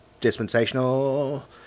dispensational